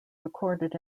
recorded